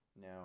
now